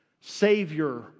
Savior